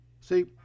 See